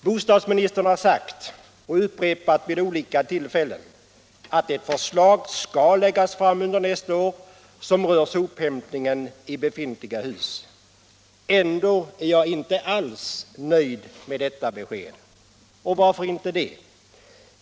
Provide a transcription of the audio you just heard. Bostadsministern har sagt — och upprepat vid olika tillfällen — att ett förslag skall läggas fram under nästa år som rör sophämtningen i befintliga hus. Ändå är jag inte alls nöjd med detta besked. Och varför inte det?